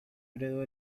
heredó